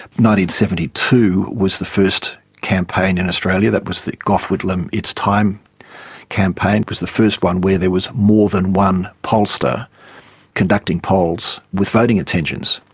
seventy two was the first campaign in australia, that was the gough whitlam it's time campaign, was the first one where there was more than one pollster conducting polls with voting intentions.